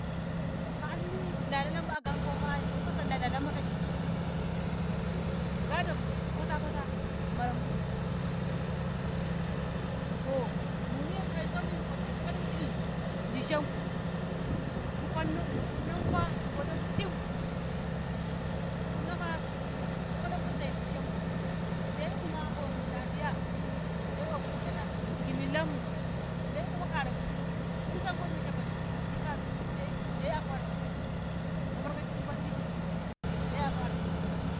Ka andi na lalamba gomko ai ko iko sallah lalamba ko idi sallah to gadommu kenan kota kota mara mu'i to muniye kauso mukolshe farin ciki dishenku mukonu- mukunneku fa mugodenku tim, mukunnem ku, mukunnafa mukolenko zai dishenku daikuma omu lafiya, dai omu falala ki millanmu daikuma kara guni ku isonko mishabono ke'dai kara dai- dai kora guni albarkacin uban kiji dai a kara guni.